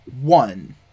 one